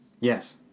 Yes